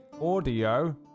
Audio